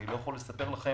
אני לא יכול לספר לכם